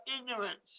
ignorance